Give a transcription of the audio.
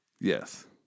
Yes